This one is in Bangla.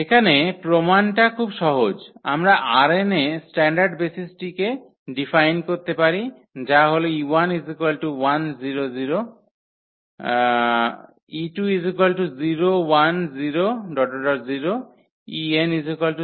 এখানে প্রমাণটা খুব সহজ এখানে আমরা ℝn এ স্ট্যান্ডার্ড বেসিসটিকে ডিফাইন করতে পারি যা হল e1 10 0 e2 0100 en 00 1